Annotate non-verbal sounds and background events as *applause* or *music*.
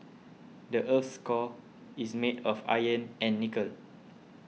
*noise* the earth's core is made of iron and nickel